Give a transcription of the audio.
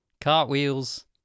cartwheels